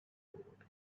forward